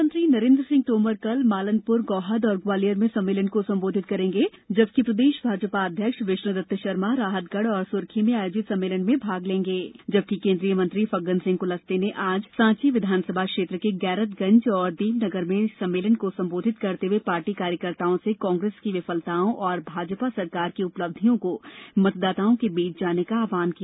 केन्द्रीय मंत्री नरेन्द्र सिंह तोमर कल ग्वालियर में सम्मेलन को संबोधित करेंगे जबकि प्रदेश भाजपा अध्यक्ष विष्णुदत्त शार्मा राहतगढ़ और सुरखी में आयोजित सम्मेलन में भाग लेंगे जबकि केन्द्रीय मंत्री फग्गन सिंह कुलस्ते ने आज सांची विधानसभा क्षेत्र के गैरतगंज और देवनगर में सम्मेलन को संबोधित करते हुए पार्टी कार्यकर्ताओं से कांग्रेस की विफलताओं और भाजपा सरकार की उपलब्धियों को मतदाताओं के बीच जाने आहवान किया